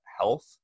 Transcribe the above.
health